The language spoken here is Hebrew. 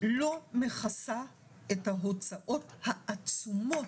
לא מכסה את ההוצאות העצומות.